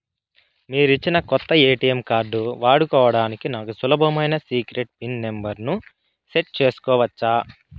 మీరిచ్చిన కొత్త ATM card వాడుకోవడానికి నాకు సులభమైన సీక్రెట్ పిన్ నెంబర్ ను సెట్ సేసుకోవచ్చా?